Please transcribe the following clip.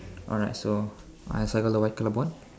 alright so I circle the white colour board